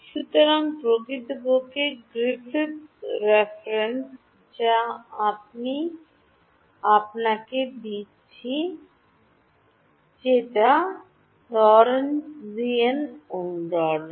সুতরাং প্রকৃতপক্ষে Griffiths reference Griffith's Referenceযা আমি আপনাকে দিচ্ছি সেগুলি লরেন্টিজিয়ান অনুরণন